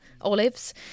olives